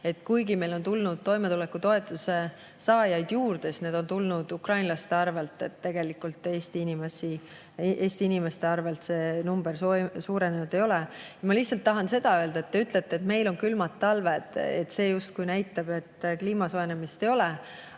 et kuigi meil on tulnud toimetulekutoetuse saajaid juurde, siis need on olnud ukrainlased. Tegelikult Eesti inimeste tõttu see number suurenenud ei ole. Ma lihtsalt tahan seda öelda, et te ütlete, et meil on külmad talved ja see justkui näitab, et kliima soojenemist ei ole,